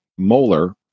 molar